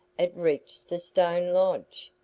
it reached the stone lodge.